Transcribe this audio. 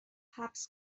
حبس